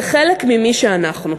זה חלק ממי שאנחנו.